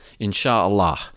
insha'allah